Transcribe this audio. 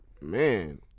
man